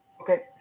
Okay